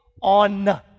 on